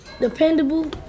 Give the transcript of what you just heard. Dependable